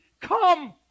come